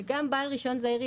וגם בעל רישיון זעיר.